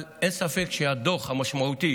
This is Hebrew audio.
אבל אין ספק שהדוח המשמעותי